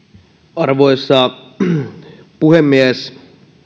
arvoisa puhemies